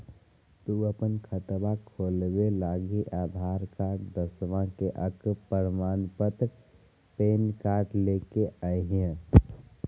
तू अपन खतवा खोलवे लागी आधार कार्ड, दसवां के अक प्रमाण पत्र, पैन कार्ड ले के अइह